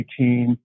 2018